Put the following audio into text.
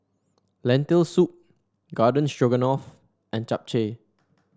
Lentil Soup Garden Stroganoff and Japchae